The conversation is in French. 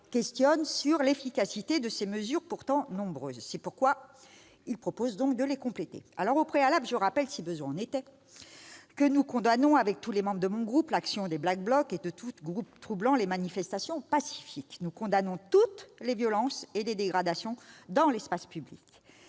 question l'efficacité de ces mesures, pourtant nombreuses. C'est pourquoi ils proposent de les compléter. Au préalable, je rappelle, s'il en était besoin, que tous les membres de mon groupe condamnent l'action des Black Blocset de tout groupe troublant les manifestations pacifiques. Nous condamnons toutes les violences et dégradations dans l'espace public